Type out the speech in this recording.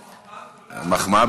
זאת מחמאה.